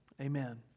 amen